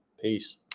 Peace